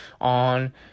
on